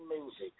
music